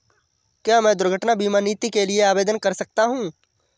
क्या मैं दुर्घटना बीमा नीति के लिए आवेदन कर सकता हूँ?